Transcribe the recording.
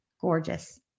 Gorgeous